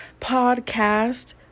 podcast